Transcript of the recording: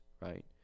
right